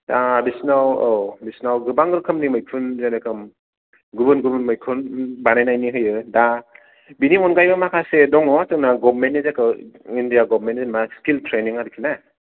दा बिसिनाव औ बिसोरनाव गोबां रोखोमनि मैखुन जेरेखोम गुबुन गुबुन मैखुन बानाय नायनि होयो दा बिनि आनगायै माखासे दङ जोंना गबमेनथ नि जेथ' इनडिया गबमेनथ नि सिखिल ट्रैनिं आरखिना